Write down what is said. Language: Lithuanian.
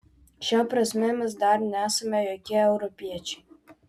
šia prasme mes dar nesame jokie europiečiai